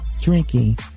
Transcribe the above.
drinking